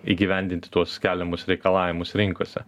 įgyvendinti tuos keliamus reikalavimus rinkose